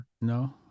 No